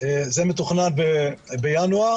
זה מתוכנן בינואר.